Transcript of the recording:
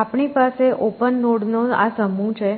આપણી પાસે open node નો આ સમૂહ છે